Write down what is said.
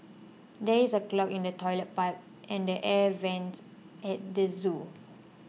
there is a clog in the Toilet Pipe and the Air Vents at the zoo